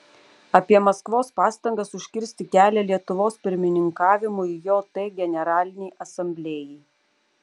apie maskvos pastangas užkirsti kelią lietuvos pirmininkavimui jt generalinei asamblėjai